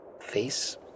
face